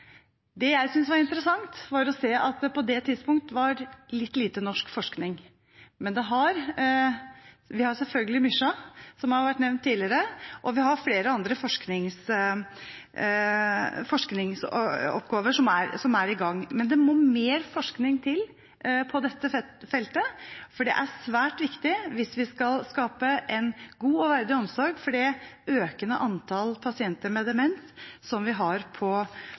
Det jeg syntes var interessant, var å se at det på det tidspunkt var litt lite norsk forskning. Vi har selvfølgelig Myskja, som har vært nevnt tidligere, og vi har flere andre forskningsoppgaver som er i gang, men det må mer forskning til på dette feltet, for det er svært viktig hvis vi skal skape en god og verdig omsorg for det økende antall pasienter med demens som vi har på